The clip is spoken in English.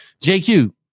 JQ